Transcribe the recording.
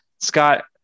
Scott